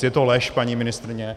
Je to lež, paní ministryně.